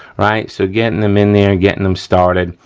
right, so getting them in there, getting them started,